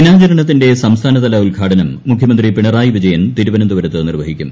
ദിനാചരണത്തിന്റെ സംസ്ഥാനതല ഉദ്ഘാടനം മുഖ്യമന്ത്രി പിണറായി വിജയൻ തിരുവനന്തപുരത്ത് നിർവ്വഹിക്കും